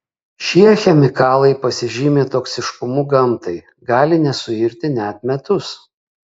šie chemikalai pasižymi toksiškumu gamtai gali nesuirti net metus